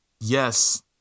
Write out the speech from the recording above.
Yes